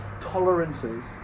tolerances